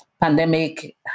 Pandemic